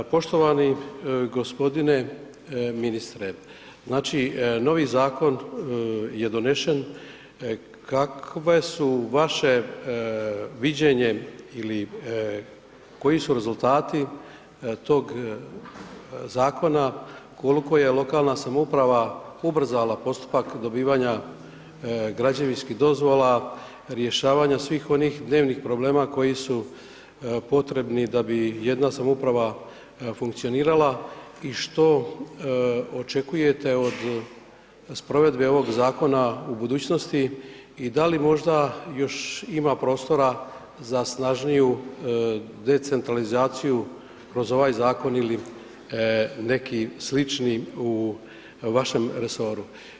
Poštovani gospodine ministre znači novi zakon je donesen kakve su vaše viđenje ili koji su rezultati tog zakona, koliko je lokalna samouprava ubrzala postupak dobivanja građevinskih dozvola, rješavanja svih onih dnevnih problema koji su potrebni da bi jedna samouprava funkcionirala i što očekujete od, iz provedbe ovog zakona u budućnosti i da li možda još ima prostora za snažniju decentralizaciju kroz ovaj zakon ili neki slični u vašem resoru?